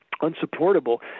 unsupportable